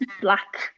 black